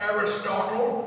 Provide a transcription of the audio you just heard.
Aristotle